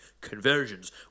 conversions